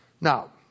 Now